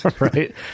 right